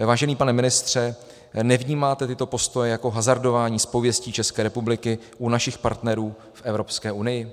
Vážený pane ministře, nevnímáte tyto postoje jako hazardování s pověstí České republiky u našich partnerů v Evropské unii?